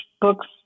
books